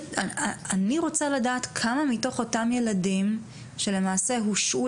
אני רוצה לדעת כמה מתוך אותם ילדים שלמעשה הושעו